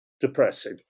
depressing